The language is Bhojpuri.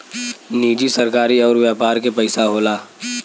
निजी सरकारी अउर व्यापार के पइसा होला